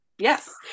Yes